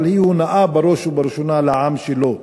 אבל היא הונאה בראש ובראשונה לעם שלו.